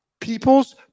People's